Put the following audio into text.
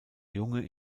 junge